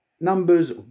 numbers